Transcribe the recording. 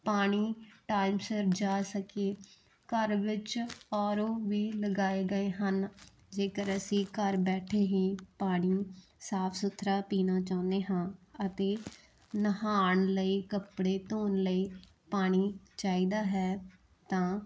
ਪਾਣੀ ਟਾਈਮ ਸਿਰ ਜਾ ਸਕੇ ਘਰ ਵਿੱਚ ਆਰ ਓ ਵੀ ਲਗਾਏ ਗਏ ਹਨ ਜੇਕਰ ਅਸੀਂ ਘਰ ਬੈਠੇ ਹੀ ਪਾਣੀ ਸਾਫ਼ ਸੁਥਰਾ ਪੀਣਾ ਚਾਹੁੰਦੇ ਹਾਂ ਅਤੇ ਨਹਾਉਣ ਲਈ ਕੱਪੜੇ ਧੋਣ ਲਈ ਪਾਣੀ ਚਾਹੀਦਾ ਹੈ ਤਾਂ